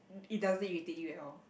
it doesn't irritate you at all